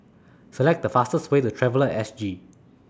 Select The fastest Way to Traveller At S G